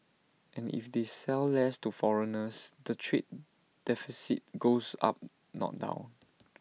and if they sell less to foreigners the trade deficit goes up not down